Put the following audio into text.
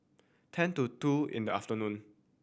ten to two in the afternoon